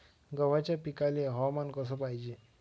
गव्हाच्या पिकाले हवामान कस पायजे?